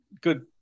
good